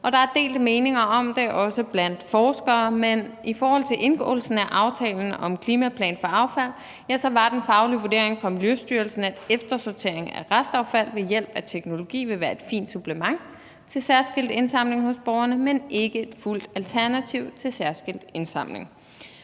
Der er delte meninger om det, også blandt forskere, men i forhold til indgåelsen af aftalen om en klimaplan for affald, var den faglige vurdering fra Miljøstyrelsen, at eftersortering af restaffald ved hjælp af teknologi vil være et fint supplement til særskilt indsamling hos borgerne, men ikke et fuldt dækkende alternativ til særskilt indsamling.